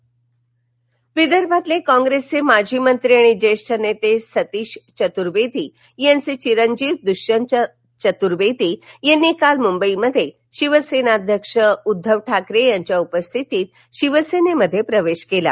शिवसेना प्रवेश विदर्भातील काँग्रेसचे माजी मंत्री आणि ज्येष्ठ नेते सतीश चतुर्वेदी यांचे चिरंजीव दृष्यंत चतुर्वेदी यांनी काल मुंबईत शिवसेनाध्यक्ष उद्वव ठाकरे यांच्या उपस्थितीत शिवसेनेमध्ये प्रवेश केला